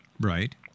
right